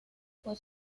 fue